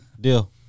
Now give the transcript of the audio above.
Deal